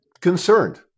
concerned